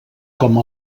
com